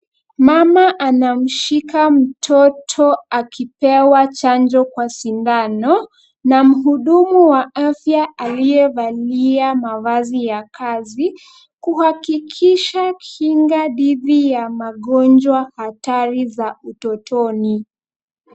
Mama anamshika mtoto akipewa chanjo kwa sindano na mhudumu wa afya aliyevalia mavazi ya kazi kuhakikisha kinga dhidi ya magonjwa hatari za utotoni.